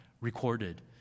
recorded